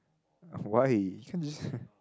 why can't you just